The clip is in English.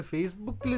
Facebook